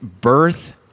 birth